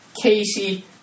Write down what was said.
Casey